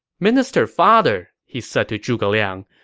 minister father, he said to zhuge liang,